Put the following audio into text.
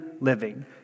living